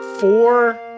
four